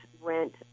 rent